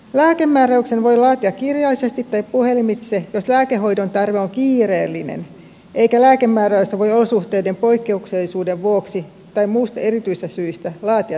lääkemääräyksen voi laatia kirjallisesti tai puhelimitse jos lääkehoidon tarve on kiireellinen eikä lääkemääräystä voi olosuhteiden poikkeuksellisuuden vuoksi tai muusta erityisestä syystä laatia sähköisesti